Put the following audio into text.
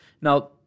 Now